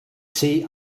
see